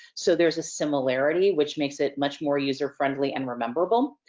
so there's a similarity, which makes it much more user friendly and re-memorable.